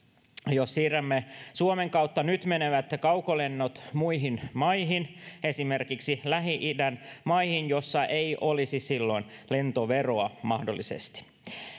jos siirrämme suomen kautta nyt menevät kaukolennot muihin maihin esimerkiksi lähi idän maihin joissa mahdollisesti ei olisi silloin lentoveroa